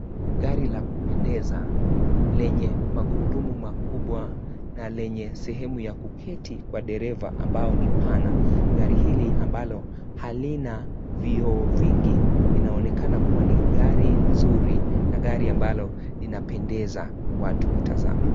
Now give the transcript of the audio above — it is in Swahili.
Gari la kupendeza, lenye magurudumu makubwa na lenye sehemu ya kuketi kwa dereva ambao ni pana. Gari hili ambalo halina vioo vingi, inaonekana kuwa ni gari nzuri na gari ambalo linapendeza watu kutazama.